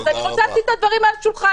אז שמתי את הדברים על השולחן.